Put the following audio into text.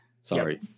Sorry